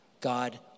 God